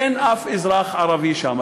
אין אף אזרח ערבי שם.